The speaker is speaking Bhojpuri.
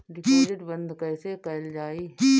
डिपोजिट बंद कैसे कैल जाइ?